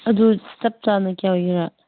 ꯑꯗꯨ ꯆꯞ ꯆꯥꯅ ꯀꯌꯥ ꯑꯣꯏꯒꯦꯔꯥ